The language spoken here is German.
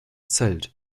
zelt